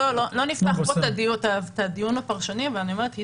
לא נפתח כאן את הדיון הפרשני אבל אני אומרת שהיא